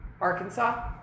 Arkansas